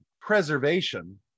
preservation